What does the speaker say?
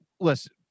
Listen